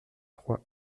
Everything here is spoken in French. trois